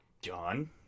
John